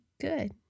good